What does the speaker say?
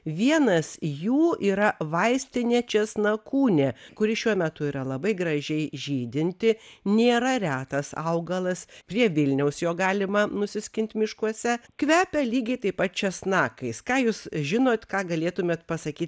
vienas jų yra vaistinė česnakūnė kuri šiuo metu yra labai gražiai žydinti nėra retas augalas prie vilniaus jo galima nusiskint miškuose kvepia lygiai taip pat česnakais ką jūs žinot ką galėtumėt pasakyt